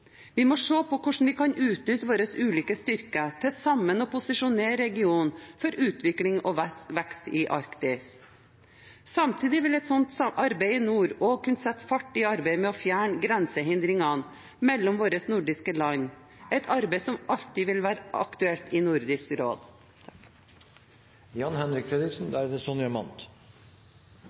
Vi må se på hvordan vi kan utnytte våre ulike styrker til sammen å posisjonere regionen for utvikling og vekst i Arktis. Samtidig vil et slikt arbeid i nord kunne sette fart i arbeidet med å fjerne grensehindringene mellom våre nordiske land, et arbeid som alltid vil være aktuelt i Nordisk råd.